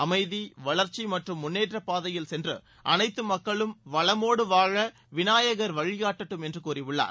அமைதி வளர்ச்சி மற்றும் முன்னேற்றப் பாதையில் சென்று அனைத்து மக்களும் வளமோடு வாழ விநாயகர் வழிகாட்டடும் என்று கூறியுள்ளார்